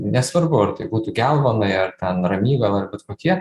nesvarbu ar tai būtų gelvonai ar ten ramygala bet kokie